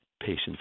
patients